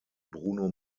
bruno